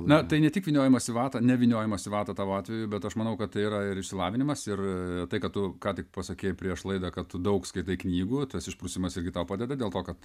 na tai ne tik vyniojimas į vatą nevyniojamas į vatą tavo atveju bet aš manau kad tai yra ir išsilavinimas ir tai kad tu ką tik pasakei prieš laidą kad tu daug skaitai knygų tas išprusimas irgi tau padeda dėl to kad